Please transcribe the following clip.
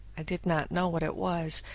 i did not know what it was,